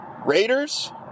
Raiders